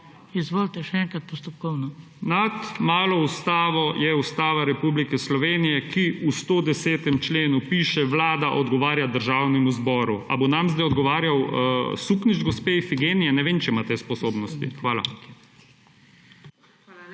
**DR. FRANC TRČEK (PS SD):** Nad malo Ustavo je ustava Republike Slovenije, ki v 110. členu piše »Vlada odgovarja Državnemu zboru«. A bo nam zdaj odgovarjal suknjič gospe Ifigenije? Ne vem, če ima te sposobnosti. Hvala.